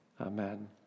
Amen